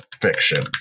fiction